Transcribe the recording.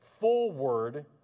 forward